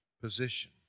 position